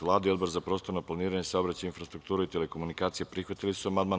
Vlada i Odbor za prostorno planiranje, saobraćaj, infrastrukturu i telekomunikacije prihvatili su amandman.